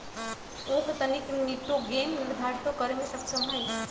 उख तनिक निटोगेन निर्धारितो करे में सक्षम हई